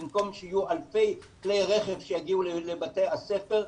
במקום שיהיו אלפי כלי רכב שיגיעו לבתי הספר,